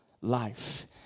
life